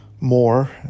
More